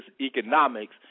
economics